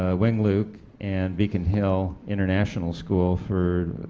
ah wing luke and beacon hill international school for